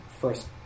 first